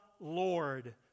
Lord